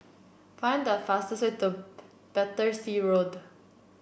find the fastest way to Battersea Road